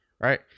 Right